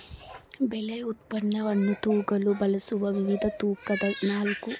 ಬೆಳೆ ಉತ್ಪನ್ನವನ್ನು ತೂಗಲು ಬಳಸುವ ವಿವಿಧ ತೂಕದ ನಾಲ್ಕು ಮಾಪನದ ಮಾನದಂಡಗಳು ಯಾವುವು?